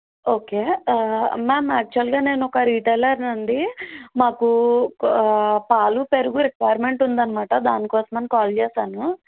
okay ma'am యాక్చువల్గా నేను ఒక రిటైలర్ను అండి మాకు పాలు పెరుగు రిక్వైర్మెంట్ ఉందన్నమాట దానికోసమని కాల్ చేసాను